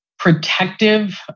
protective